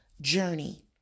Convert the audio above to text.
Journey